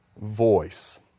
voice